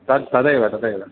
तद् तदैव तदैव